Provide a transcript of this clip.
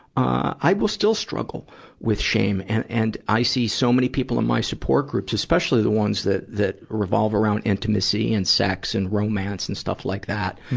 i will still struggle with shame. and, and i see so many people in my support groups, especially the ones that, that revolve around intimacy and sex and romance and stuff like that,